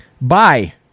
Bye